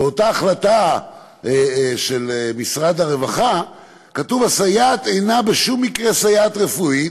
באותה החלטה של משרד הרווחה כתוב: הסייעת אינה בשום מקרה סייעת רפואית